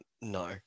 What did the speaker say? no